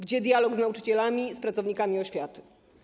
Gdzie dialog z nauczycielami, z pracownikami oświaty?